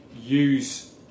use